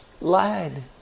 lied